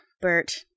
Bert